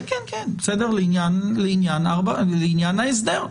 לעניין ההסדר.